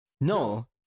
No